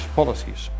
policies